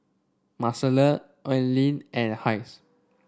Marcela Aileen and Hays